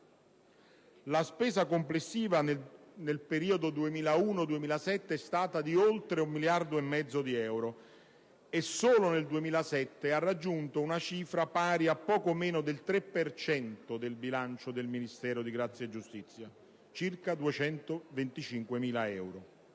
La spesa complessiva nel periodo 2001-2007 è stata di oltre 1 miliardo e mezzo di euro e solo nel 2007 ha raggiunto una cifra pari a poco meno del 3 per cento del bilancio del Ministero della giustizia: circa 225 milioni